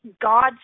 God